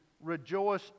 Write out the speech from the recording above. rejoice